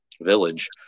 Village